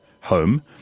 home